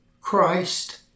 Christ